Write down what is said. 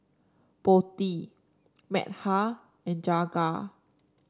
Potti Medha and Jagat